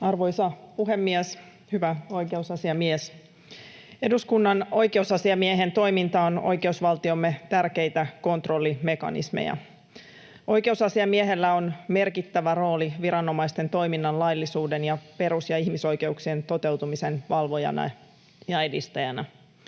Arvoisa puhemies! Hyvä oikeusasiamies! Eduskunnan oikeusasiamiehen toiminta on oikeusvaltiomme tärkeitä kontrollimekanismeja. Oikeusasiamiehellä on merkittävä rooli viranomaisten toiminnan laillisuuden ja perus- ja ihmisoikeuksien toteutumisen valvojana ja edistäjänä.